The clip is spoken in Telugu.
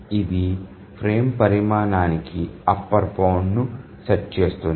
ఇది ఫ్రేమ్ పరిమాణానికి అప్పర్ బౌండ్ను సెట్ చేస్తుంది